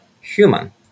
human